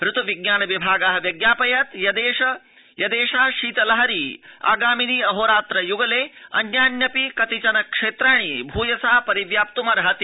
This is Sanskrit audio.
ऋत्विज्ञान विभाग व्यज्ञापयत् यदेषा शीत लहरी आगामिनि अहोरात्र युगले अन्यान्यपि कतिचन क्षेत्राणि भूयसा परिव्याप्तुमहीति